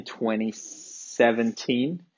2017